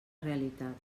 realitat